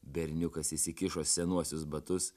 berniukas įsikišo senuosius batus